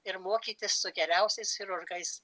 ir mokytis su geriausiais chirurgais